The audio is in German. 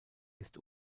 ist